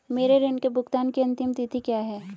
मेरे ऋण के भुगतान की अंतिम तिथि क्या है?